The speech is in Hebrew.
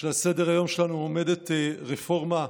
שעל סדר-היום שלנו עומדת רפורמה,